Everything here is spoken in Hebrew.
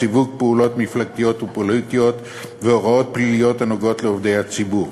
סיוג פעילות מפלגתית ופוליטית והוראות פליליות הנוגעות לעובדי הציבור.